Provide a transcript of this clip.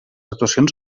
actuacions